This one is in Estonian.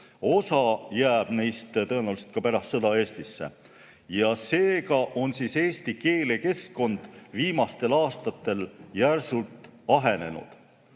Osa jääb neist tõenäoliselt ka pärast sõda Eestisse. Seega on eesti keelekeskkond viimastel aastatel järsult ahenenud.